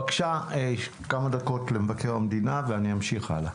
בבקשה, כמה דקות למבקר המדינה ונמשיך הלאה.